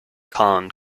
kong